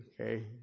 Okay